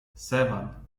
seven